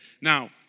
Now